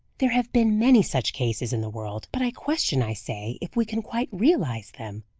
there have been many such cases in the world, but i question, i say, if we can quite realize them.